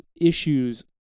issues